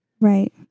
Right